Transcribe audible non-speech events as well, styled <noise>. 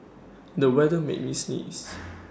the weather made me sneeze <noise>